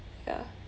ya